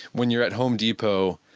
when you're at home depot,